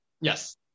Yes